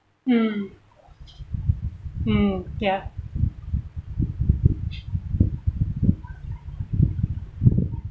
mm mm ya